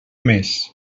més